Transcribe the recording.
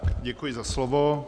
Děkuji za slovo.